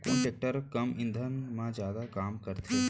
कोन टेकटर कम ईंधन मा जादा काम करथे?